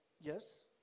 Yes